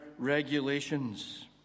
regulations